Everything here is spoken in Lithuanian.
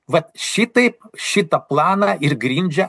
va šitaip šitą planą ir grindžia